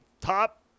top